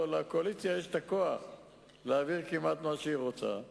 אני מקווה שהיא לא ניכרת בדברים שאני אומר.